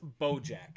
Bojack